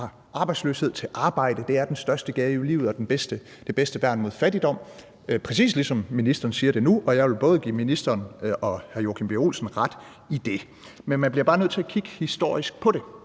fra arbejdsløshed til et arbejde, og det er den største gave i livet og det bedste værn mod fattigdom. Det er altså præcis, ligesom ministeren siger det nu, og jeg vil både give ministeren og hr. Joachim B. Olsen ret i det. Men man bliver bare nødt til at kigge historisk på det,